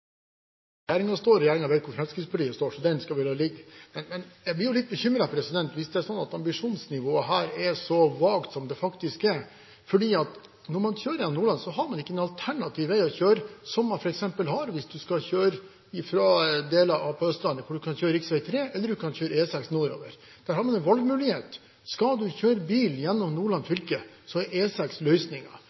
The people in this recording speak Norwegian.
står, og regjeringen vet hvor Fremskrittspartiet står. Den skal vi la ligge. Jeg blir litt bekymret hvis det er slik at ambisjonsnivået her er så vagt som det er, for når man kjører gjennom Nordland, har man ikke noen alternativ vei å kjøre, som man. har hvis man f.eks. skal kjøre fra deler av Østlandet hvor man kan kjøre rv. 3 eller E6 nordover. Der har man en valgmulighet. Skal man kjøre bil gjennom Nordland fylke, er